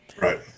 Right